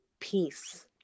peace